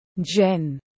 Jen